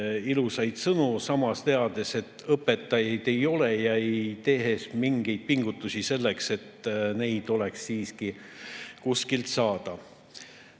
ilusaid sõnu, samas teades, et õpetajaid ei ole, ja mitte tehes mingeid pingutusi selleks, et neid oleks siiski kuskilt saada. Nii